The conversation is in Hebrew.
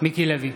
מיקי לוי,